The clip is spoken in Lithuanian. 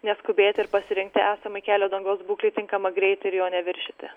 neskubėti ir pasirinkti esamai kelio dangos būklei tinkamą greitį ir jo neviršyti